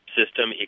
system